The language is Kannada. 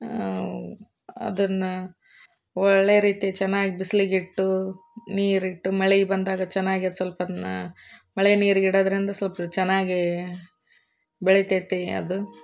ಅದನ್ನು ಒಳ್ಳೆ ರೀತಿ ಚೆನ್ನಾಗಿ ಬಿಸಿಲಿಗಿಟ್ಟು ನೀರಿಟ್ಟು ಮಳೆ ಬಂದಾಗ ಚೆನ್ನಾಗಿ ಅದು ಸ್ವಲ್ಪ ಅದನ್ನ ಮಳೆ ನೀರಿಗಿಡೋದ್ರಿಂದ ಸ್ವಲ್ಫ ಚೆನ್ನಾಗಿ ಬೆಳಿತೈತೆ ಅದು